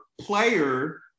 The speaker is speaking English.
player